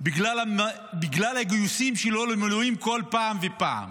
בגלל הגיוסים שלו למילואים כל פעם ופעם,